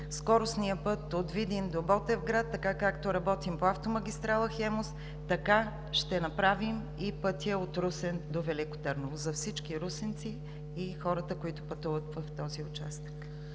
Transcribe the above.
скоростния път от Видин до Ботевград и както работим по автомагистрала „Хемус“, така ще направим и пътя от Русе до Велико Търново – за всички русенци и за хората, които пътуват в този участък.